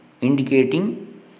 indicating